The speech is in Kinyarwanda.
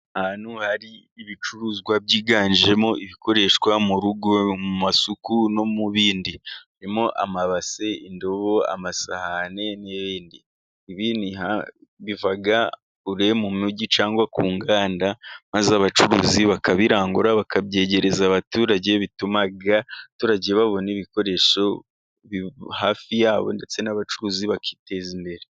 Ahantu hari ibicuruzwa byiganjemo ibikoreshwa mu rugo mu masuku no mu bindi harimo:amabasi, indobo, amasahani n'ibindi, ibi biva kure mu mijyi cyangwa ku nganda maze abacuruzi bakabirangura bakabyegereza abaturage, bituma abaturage babona ibikoresho hafi yabo ndetse n'abacuruzi bakiteza imbere.